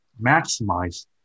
maximize